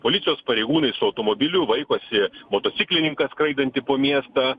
policijos pareigūnai su automobiliu vaikosi motociklininką skraidantį po miestą